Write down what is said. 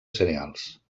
cereals